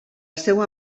seva